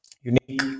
unique